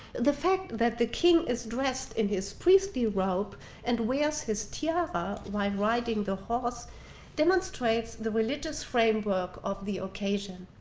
the fact that the king is dressed in his priestly rope and wears his tiara while riding the horse demonstrates the religious framework of the occasion.